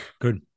Good